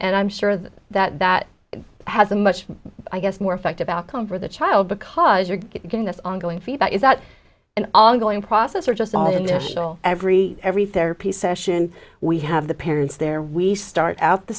and i'm sure that that that has a much i guess more effective outcome for the child because you're getting this ongoing feedback is that an ongoing process or just all initial every every therapy session we have the parents there we start out the